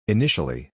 Initially